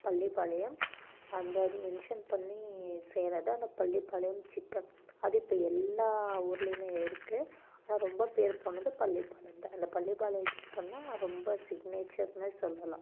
பள்ளிப்பாளையம் அந்த மென்ஸன் பண்ணி செய்கிறது அந்த பள்ளிப்பாளையம் சிக்கன் அது இப்போ எல்லா ஊர்லையுமே இருக்குது ஆனால் ரொம்ப பேர் போனது பள்ளிப்பாளையம் தான் அந்த பள்ளிப்பாளைய சிக்கன்னால் ரொம்ப சிக்னேச்சர்னே சொல்லலாம்